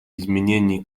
изменении